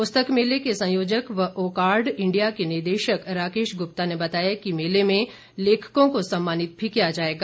पुस्तक मेले के संयोजक व ओकार्ड इंडिया के निदेशक राकेश गुप्ता ने बताया कि मेले में लेखकों को सम्मानित भी किया जाएगा